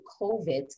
COVID